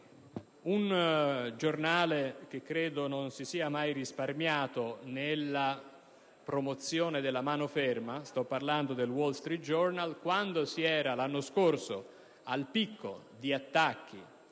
Un giornale che credo non si sia mai risparmiato nella promozione della mano ferma, il "The Wall Street Journal", quando l'anno scorso si era al picco di attacchi